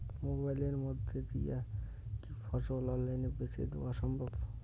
মোবাইলের মইধ্যে দিয়া কি ফসল অনলাইনে বেঁচে দেওয়া সম্ভব?